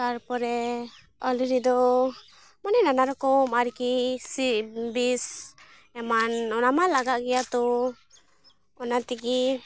ᱛᱟᱨᱯᱚᱨᱮ ᱟᱹᱞᱩ ᱨᱮᱫᱚ ᱢᱟᱱᱮ ᱱᱟᱱᱟ ᱨᱚᱠᱚᱢ ᱟᱨᱠᱤ ᱵᱤᱥ ᱮᱢᱟᱱ ᱚᱱᱟᱢᱟ ᱞᱟᱜᱟᱜ ᱜᱮᱭᱟ ᱛᱚ ᱚᱱᱟ ᱛᱮᱜᱮ